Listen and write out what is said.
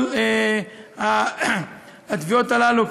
כל התביעות הללו,